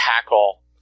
tackle